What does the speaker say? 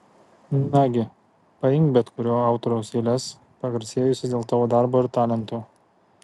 nagi paimk bet kurio autoriaus eiles pagarsėjusias dėl tavo darbo ir talento